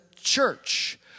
church